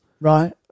right